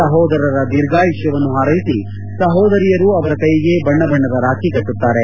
ಸಹೋದರರ ಧೀರ್ಘಾಯುಷ್ಯವನ್ನು ಹಾರ್ಲೆಸಿ ಸಹೋದರಿಯರು ಅವರ ಕೈಯಿಗೆ ಬಣ್ಣ ಬಣ್ಣದ ರಾಖಿ ಕಟ್ಲುತ್ತಾರೆ